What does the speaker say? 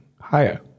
Higher